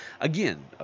again